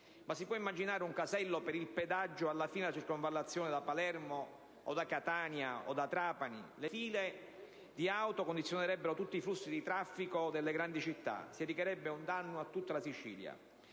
ma si può immaginare un casello per il pedaggio alla fine della circonvallazione a Palermo, a Catania o a Trapani? Le file di auto condizionerebbero tutti i flussi di traffico delle grandi città e si recherebbe un danno a tutta la Sicilia.